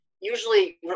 usually